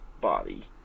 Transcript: body